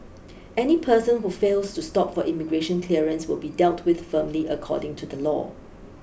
any person who fails to stop for immigration clearance will be dealt with firmly according to the law